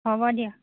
হ'ব দিয়া